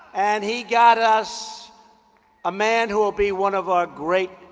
and he got us a man who will be one of our great,